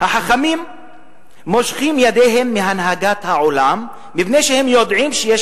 "החכמים מושכים ידיהם מהנהגת העולם מפני שהם יודעים שיש